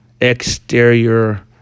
exterior